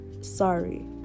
sorry